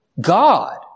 God